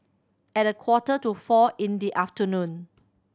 at a quarter to four in the afternoon